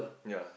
ya